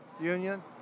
Union